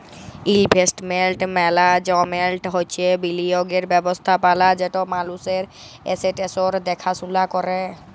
investment management হছে বিলিয়গের ব্যবস্থাপলা যেট মালুসের এসেট্সের দ্যাখাশুলা ক্যরে